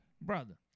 Brother